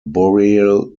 boreal